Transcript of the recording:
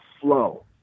flow